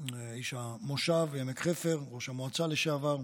איש המושב בעמק חפר, ראש מועצה לשעבר,